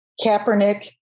Kaepernick